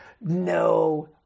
no